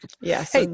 Yes